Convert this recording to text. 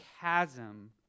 chasm